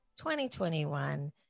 2021